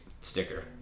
sticker